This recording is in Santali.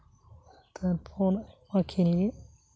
ᱛᱟᱨᱯᱚᱨ ᱟᱭᱢᱟ ᱠᱷᱮᱞ ᱜᱮ